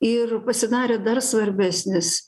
ir pasidarė dar svarbesnis